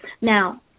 Now